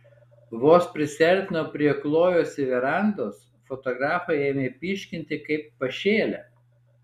vos prisiartino prie klojosi verandos fotografai ėmė pyškinti kaip pašėlę